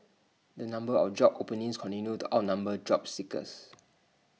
the number of job openings continued to outnumber job seekers